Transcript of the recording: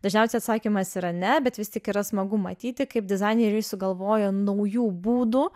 dažniausiai atsakymas yra ne bet vis tik yra smagu matyti kaip dizaineriai sugalvojo naujų būdų